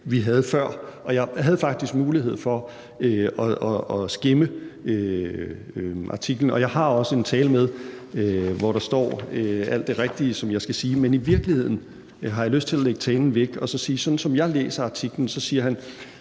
vi havde før. Og jeg havde faktisk mulighed for at skimme artiklen, og jeg har også en tale med, hvor der står alt det rigtige, som jeg skal sige, men i virkeligheden har jeg lyst til at lægge talen væk og sige, at sådan, som jeg læser artiklen, siger han: